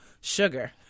sugar